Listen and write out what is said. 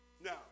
Now